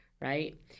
right